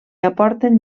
aporten